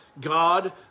God